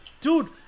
Dude